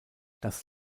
das